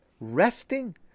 resting